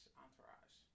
entourage